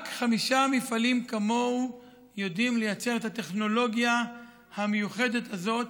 רק חמישה מפעלים כמוהו יודעים לייצר את הטכנולוגיה המיוחדת הזאת